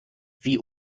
wie